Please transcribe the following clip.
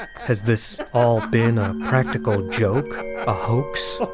ah has this all been a practical joke, a hoax?